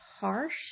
harsh